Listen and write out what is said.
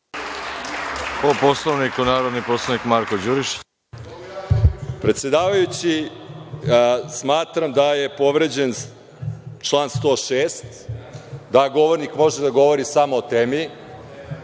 Po Poslovniku, narodni poslanik Marko Đurišić. **Marko Đurišić** Predsedavajući, smatram da je povređen član 106. da govornik može da govori samo o temi.